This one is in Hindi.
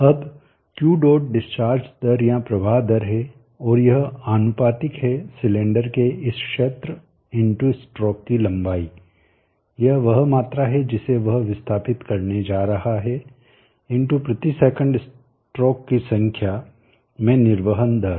अब Q डॉट डिस्चार्ज दर या प्रवाह दर है और यह आनुपातिक है सिलेंडर के इस क्षेत्र स्ट्रोक की लंबाई यह वह मात्रा है जिसे वह विस्थापित करने जा रहा है प्रति सेकंड स्ट्रोक की संख्या में निर्वहन दर